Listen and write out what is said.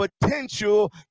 potential